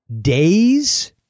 days